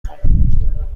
میخام